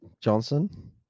Johnson